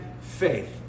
faith